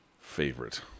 Favorite